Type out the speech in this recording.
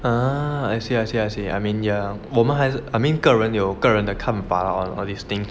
ah I see I see I see I mean yeah 我们还是 I mean 个人有个人的看法 on on all these things